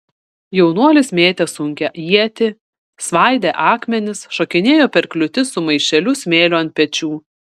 jaunuolis mėtė sunkią ietį svaidė akmenis šokinėjo per kliūtis su maišeliu smėlio ant pečių